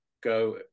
go